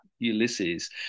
Ulysses